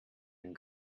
den